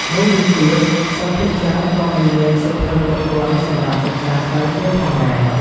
មួយវិញទៀត សិស្សភាគច្រើនក៏មិនមានសៀវភៅគ្រប់គ្រាន់សម្រាប់សិក្សាស្រាវជ្រាវផងដែរ។